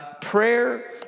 Prayer